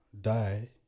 die